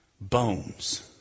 Bones